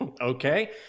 Okay